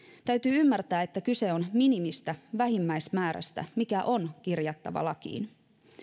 täytyy ymmärtää että kyse on minimistä vähimmäismäärästä mikä on kirjattava lakiin